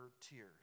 tears